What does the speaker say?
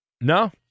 No